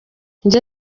njye